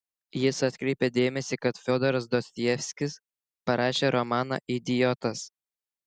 jis atkreipė dėmesį kad fiodoras dostojevskis parašė romaną idiotas